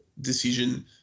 decision